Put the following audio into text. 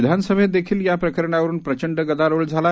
विधानसभेत देखिल या प्रकरणावरून प्रचंड गदारोळ झाला